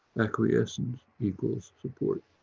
acquiescence equals support,